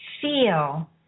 feel